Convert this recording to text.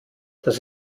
das